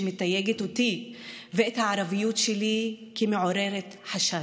שמתייגת אותי ואת הערביות שלי כמעוררת חשד.